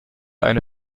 eine